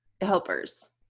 helpers